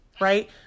right